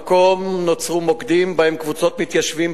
במקום נוצרו מוקדים שבהם קבוצות מתיישבים